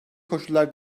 koşullar